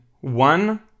one